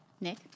Nick